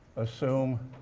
assume